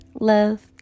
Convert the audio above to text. love